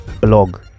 blog